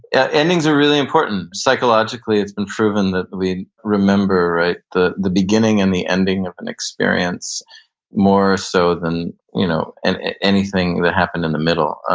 yeah endings are really important. psychologically it's been proven that we remember right, the the beginning and the ending of an experience moreso so than you know and anything that happened in the middle.